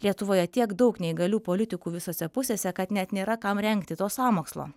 lietuvoje tiek daug neįgalių politikų visose pusėse kad net nėra kam rengti to sąmokslo